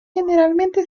generalmente